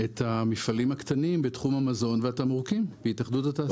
את המפעלים הקטנים בתחום המזון והתמרוקים בהתאחדות התעשיינים.